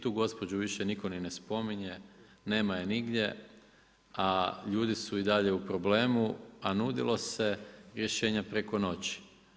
Tu gospođu više nitko ni ne spominje, nema je nigdje, a ljudi su i dalje u problemu a nudilo se rješenje preko noći.